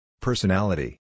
Personality